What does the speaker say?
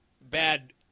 bad